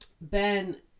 Ben